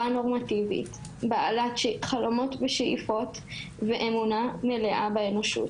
נורמטיבית בעלת חלומות ושאיפות ואמונה מלאה באנושות.